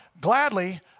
gladly